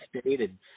stated